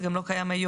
זה גם לא קיים היום.